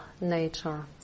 nature